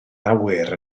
awyr